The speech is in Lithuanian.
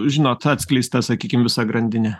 žinot atskleista sakykim visa grandinė